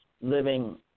living